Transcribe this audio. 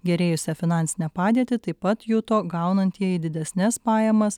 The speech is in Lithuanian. gerėjusią finansinę padėtį taip pat juto gaunantieji didesnes pajamas